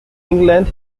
england